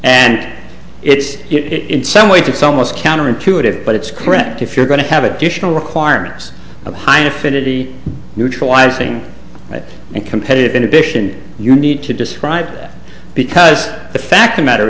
and it's it in some ways it's almost counterintuitive but it's correct if you're going to have additional requirements of high end affinity neutralizing it and competitive inhibition you need to describe that because the fact the matter